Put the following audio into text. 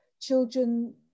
children